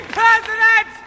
president